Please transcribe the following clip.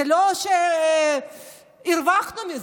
זה לא שהרווחנו מזה,